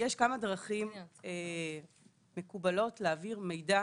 יש כמה דרכים מקובלות להעביר מידע